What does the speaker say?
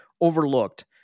overlooked